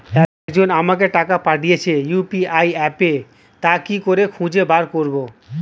একজন আমাকে টাকা পাঠিয়েছে ইউ.পি.আই অ্যাপে তা কি করে খুঁজে বার করব?